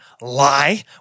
lie